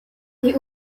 die